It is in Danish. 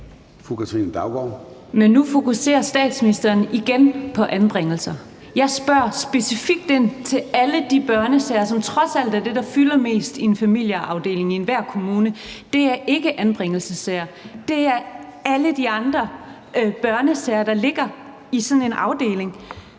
Katrine Daugaard (LA): Men nu fokuserer statsministeren igen på anbringelser. Jeg spørger specifikt ind til alle de børnesager, som trods alt er det, der fylder mest i en familieafdeling i enhver kommune. Det er ikke anbringelsessager; det er alle de andre børnesager, der ligger i sådan en afdeling.